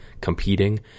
competing